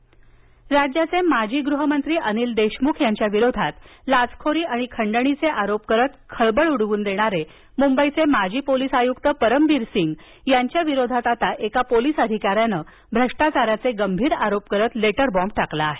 परमवीर आरोप राज्याघे माजी गृहमंत्री अनिल देशमुख यांच्या विरोधात लाचखोरी आणि खंडणीचे आरोप करत खळबळ उडवून देणारे मुंबईचे माजी पोलीस आयुक्त परमबीर सिंग यांच्या विरोधात आता एका पोलीस अधिकाऱ्याने भ्रष्टाचाराचे गंभीर आरोप करत लेटर बॉम्ब टाकला आहे